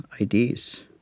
ideas